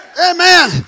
Amen